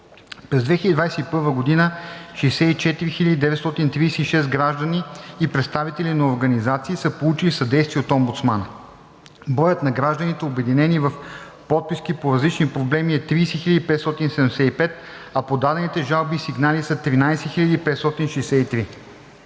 През 2021 г. 64 936 граждани и представители на организации са получили съдействие от омбудсмана. Броят на гражданите, обединени в подписки по различни проблеми, е 30 575, а подадените жалби и сигнали са 13 563.